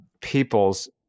people's